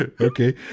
Okay